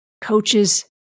coaches